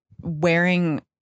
wearing